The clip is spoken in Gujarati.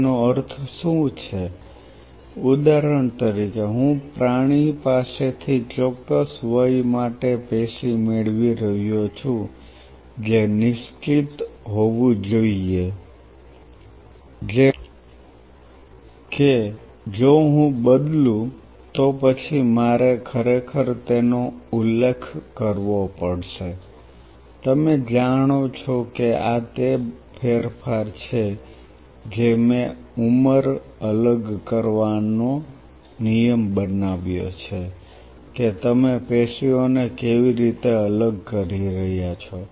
તેનો અર્થ શું છે ઉદાહરણ તરીકે હું પ્રાણી પાસેથી ચોક્કસ વય માટે પેશી મેળવી રહ્યો છું જે નિશ્ચિત હોવું જોઈએ જેમ કે જો હું બદલું તો પછી મારે ખરેખર તેનો ઉલ્લેખ કરવો પડશે તમે જાણો છો કે આ તે ફેરફાર છે જે મેં ઉંમર અલગ કરવાનો નિયમ બનાવ્યો છે કે તમે પેશીઓને કેવી રીતે અલગ કરી રહ્યા છો